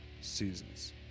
seasons